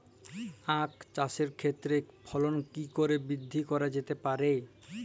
আক চাষের ক্ষেত্রে ফলন কি করে বৃদ্ধি করা যেতে পারে?